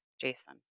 Jason